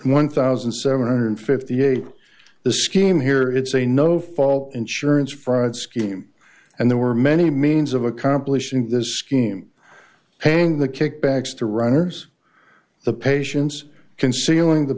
one thousand seven hundred and fifty eight the scheme here it's a no fault insurance fraud scheme and there were many means of accomplishing this scheme paying the kickbacks to runners the patients concealing the